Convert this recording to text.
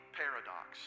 paradox